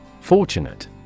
Fortunate